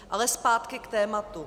Ale zpátky k tématu.